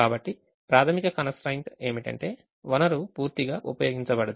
కాబట్టి ప్రాథమిక constraint ఏమిటంటే వనరు పూర్తిగా ఉపయోగించబడదు